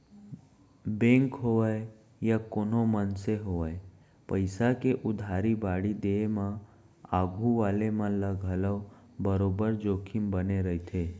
bank होवय या कोनों मनसे होवय पइसा के उधारी बाड़ही दिये म आघू वाले मन ल घलौ बरोबर जोखिम बने रइथे